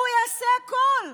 הוא יעשה הכול,